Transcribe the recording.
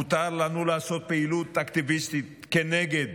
מותר לנו לעשות פעילות אקטיביסטית כנגד